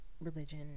religion